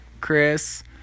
Chris